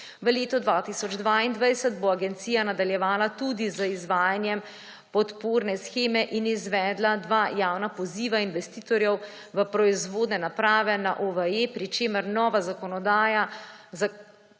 V letu 2022 bo agencija nadaljevala tudi z izvajanjem podporne sheme in izvedla dva javna poziva investitorjev v proizvodne naprave na OVE, pri čemer nova zakonodaja